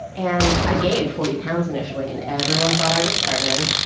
and i gained forty pounds initially, and everyone thought i was pregnant.